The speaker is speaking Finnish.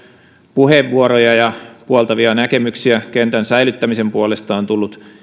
puheenvuoroja ja puoltavia näkemyksiä kentän säilyttämisen puolesta on tullut